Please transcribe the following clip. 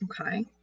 okay